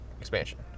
expansion